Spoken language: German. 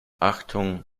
achtung